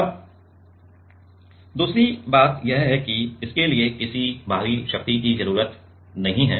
अब दूसरी बात यह है कि इसके लिए किसी बाहरी शक्ति की जरूरत नहीं है